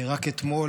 רק אתמול,